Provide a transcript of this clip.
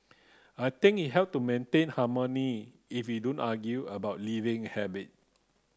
I think it help to maintain harmony if we don't argue about living habit